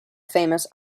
famous